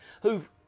who've